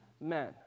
men